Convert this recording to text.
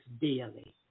daily